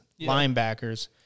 linebackers